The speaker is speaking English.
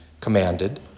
commanded